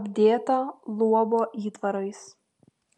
apdėtą luobo įtvarais